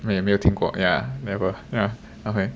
没没有听过 yeah never ya okay